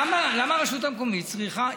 למה הרשות המקומית צריכה?